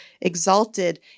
exalted